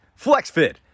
flexfit